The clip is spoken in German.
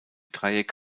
dreieck